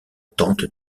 tante